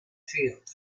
field